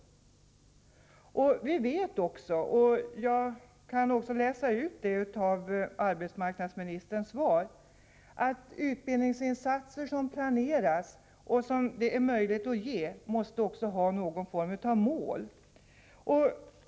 Vi vet också — det kan jag även utläsa ur arbetsmarknadsministerns svar — att utbildningsinsatser som planeras och som vi har möjlighet att ge också måste ha någon form av mål.